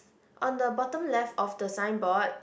on the bottom left of the sign board